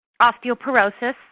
osteoporosis